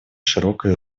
широкой